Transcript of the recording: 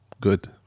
good